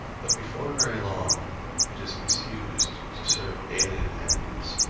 but before very long it is misused to serve alien ends.